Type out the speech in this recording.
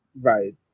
Right